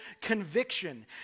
conviction